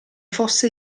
fosse